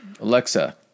Alexa